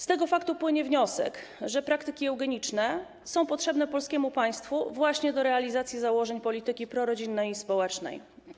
Z tego faktu płynie wniosek, że praktyki eugeniczne są potrzebne polskiemu państwu właśnie do realizacji założeń polityki prorodzinnej i społecznej.